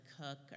cook